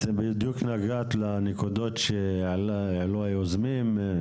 את בדיוק נגעת לנקודות שהעלו היוזמים.